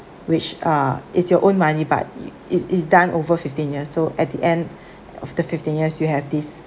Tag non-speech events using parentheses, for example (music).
which uh is your own money but it it is done over fifteen years so at the end (breath) of the fifteen years you have this